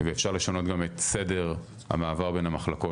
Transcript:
ואפשר לשנות גם את סדר המעבר בין המחלקות,